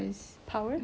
ya